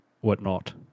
whatnot